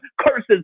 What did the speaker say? Curses